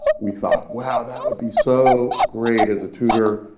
we thought, wow, that would be so great as a tutor,